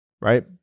right